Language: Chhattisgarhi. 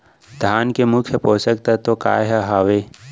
धान के मुख्य पोसक तत्व काय हर हावे?